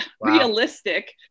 realistic